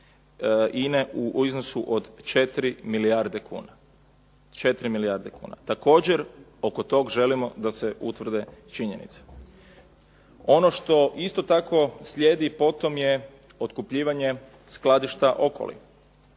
INA-e u iznosu od 4 milijarde kuna. Također oko tog želimo da se utvrde činjenice. Ono što isto tako slijedi potom je otkupljivanje skladišta Okoli